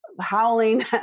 howling